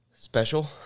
Special